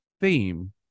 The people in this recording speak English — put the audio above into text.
theme